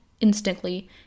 instantly